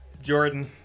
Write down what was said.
Jordan